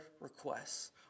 requests